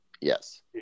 Yes